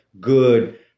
good